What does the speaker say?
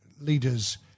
leaders